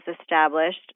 established